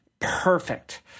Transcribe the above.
perfect